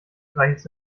streichelst